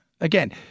Again